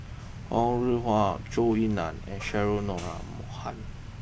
Ho Rih Hwa Zhou Ying Nan and Cheryl Noronha